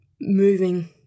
moving